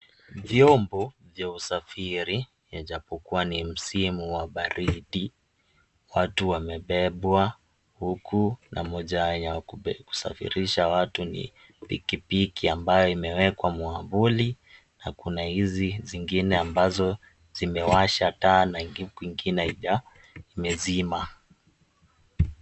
Vyombo vya usafiri, ijapokua ni msimu wa baridi, watu wamebebwa huku na moja ya kusafirisha watu ni pikipiki ambayo imewekwa mwavuli, na kuna hizi zingine ambazo zimewasha taa na kwingine imezima.